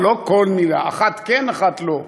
לא, לא כל מילה, אחת כן אחת לא.